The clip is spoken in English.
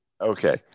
Okay